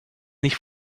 nicht